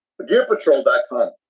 gearpatrol.com